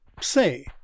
Say